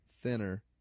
thinner